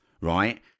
right